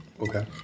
Okay